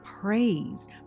Praise